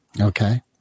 Okay